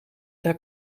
haar